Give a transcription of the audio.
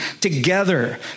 together